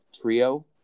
trio